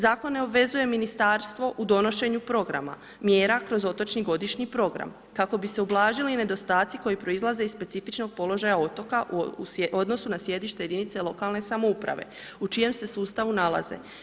Zakon ne obvezuje Ministarstvo u donošenju programa, mjera kroz otočni godišnji program kako bi se ublažili nedostaci koji proizlaze iz specifičnog položaja otoka u odnosu na sjedište jedinica lokalne samouprave u čijem se sustavu nalaze.